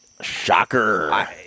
Shocker